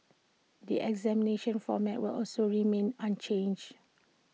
the examination format will also remain unchanged